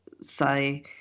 say